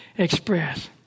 express